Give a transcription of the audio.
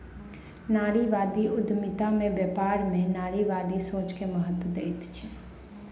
नारीवादी उद्यमिता में व्यापार में नारीवादी सोच के महत्त्व दैत अछि